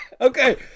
Okay